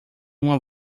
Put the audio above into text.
uma